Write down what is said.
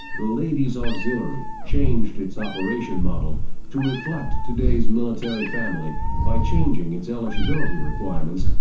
the ladies auxiliary changed its operation model to reflect today's military family by changing its eligibility requirements,